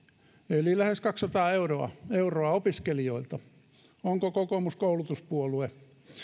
eli lähes kaksisataa euroa euroa opiskelijoilta onko kokoomus koulutuspuolue